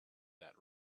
that